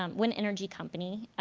um wind energy company,